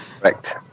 Correct